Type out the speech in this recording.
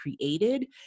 created